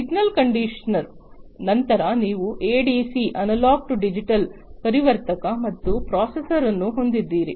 ಆದ್ದರಿಂದ signal conditioner ನಂತರ ನೀವು ಎಡಿಸಿ ಅನಲಾಗ್ ಟು ಡಿಜಿಟಲ್ ಪರಿವರ್ತಕ ಮತ್ತು ಪ್ರೊಸೆಸರ್ ಅನ್ನು ಹೊಂದಿದ್ದೀರಿ